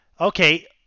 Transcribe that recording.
okay